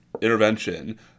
intervention